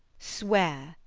swear,